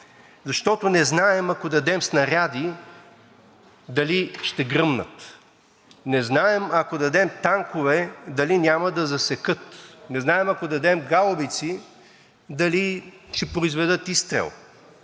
Защото не знаем, ако дадем снаряди, дали ще гръмнат, не знаем, ако дадем танкове, дали няма да заседнат, не знаем, ако дадем гаубици, дали ще произведат изстрел.“